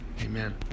Amen